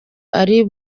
ari